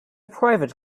private